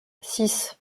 six